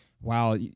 Wow